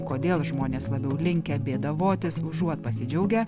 kodėl žmonės labiau linkę bėdavotis užuot pasidžiaugę